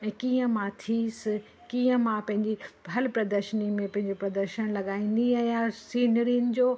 ऐं कीअं मां थियसि कीअं मां पंहिंजी हर प्रदर्शनी में पंहिंजो प्रदर्शन लॻाईंदी आहियां सीनिरिनि जो